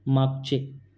मागचे